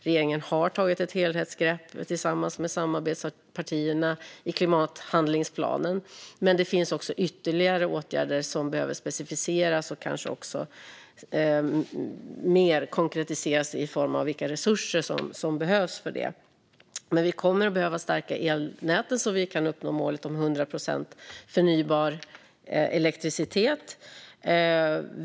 Regeringen har tillsammans med samarbetspartierna tagit ett helhetsgrepp i klimathandlingsplanen. Men det finns ytterligare åtgärder som behöver specificeras och kanske också konkretiseras mer i form av vilka resurser som behövs. Vi kommer att behöva stärka elnätet så att vi kan uppnå målet om 100 procent förnybar elektricitet.